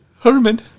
Herman